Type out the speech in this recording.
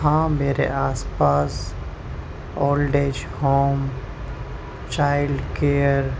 ہاں میرے آس پاس old age home child care